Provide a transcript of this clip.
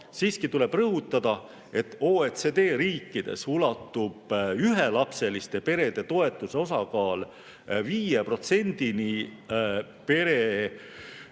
siiski tuleb rõhutada, et OECD riikides ulatub ühelapseliste perede toetuse osakaal 5%‑ni pere